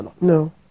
No